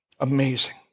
Amazing